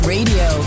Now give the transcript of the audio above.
Radio